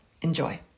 Enjoy